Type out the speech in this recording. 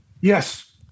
Yes